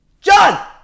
John